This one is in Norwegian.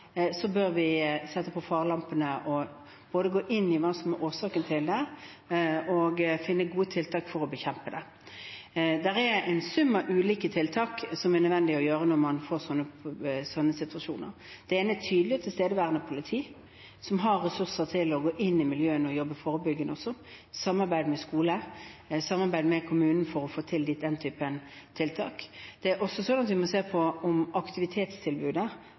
bør varsellampene blinke, og vi må både gå inn i hva som er årsaken til det og finne gode tiltak for å bekjempe det. Det er en sum av ulike tiltak som er nødvendig å iverksette når man får sånne situasjoner. Det ene er tydelig tilstedeværende politi, som har ressurser til å gå inn i miljøene og jobbe forebyggende, og også samarbeid med skolene og kommunen for å få til den typen tiltak. Vi må også se på om det alternative aktivitetstilbudet er godt nok. Så er det klart at man må se på